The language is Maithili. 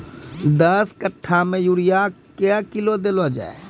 दस कट्ठा मे यूरिया क्या किलो देलो जाय?